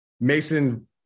Mason